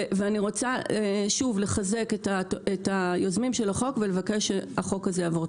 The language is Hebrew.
אני רוצה לחזק את היוזמים של החוק ולבקש שהחוק יעבור.